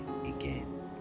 again